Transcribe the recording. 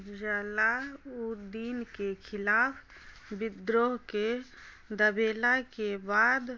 अलाउद्दीन के खिलाफ बिद्रोह के दबेला के बाद